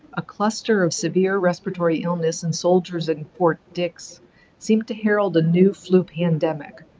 a cluster of severe respiratory illness in soldiers in fort dix seemed to herald a new flu pandemic,